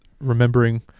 remembering